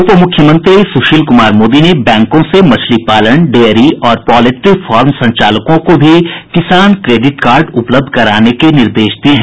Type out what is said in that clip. उपमुख्यमंत्री सुशील कुमार मोदी ने बैंकों से मछलीपालन डेयरी और पॉल्ट्रीफार्म संचालकों को भी किसान क्रेडिट कार्ड उपलब्ध कराने के निर्देश दिये हैं